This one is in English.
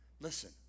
listen